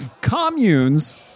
communes